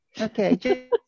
Okay